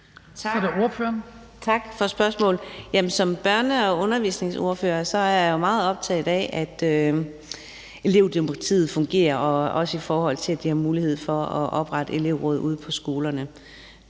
Tak for spørgsmålet. Som børne- og undervisningsordfører er jeg meget optaget af, at elevdemokratiet fungerer, også i forhold til at de har mulighed for at oprette elevråd ude på skolerne.